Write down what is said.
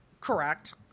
Correct